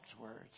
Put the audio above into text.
words